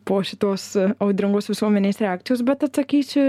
po šitos audringos visuomenės reakcijos bet atsakysiu